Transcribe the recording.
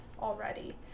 already